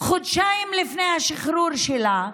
חודשיים לפני השחרור שלה,